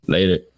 Later